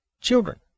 children